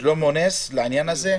שלמה נס, בבקשה.